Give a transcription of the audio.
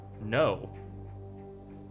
No